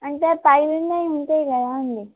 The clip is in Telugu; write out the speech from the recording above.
అంటే పగిలినవి ఉంటాయి కదండి